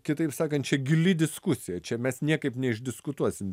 kitaip sakant čia gili diskusija čia mes niekaip neišdiskutuosim